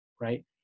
right